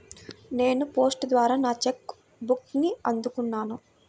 నేను పోస్ట్ ద్వారా నా చెక్ బుక్ని అందుకున్నాను